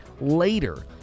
later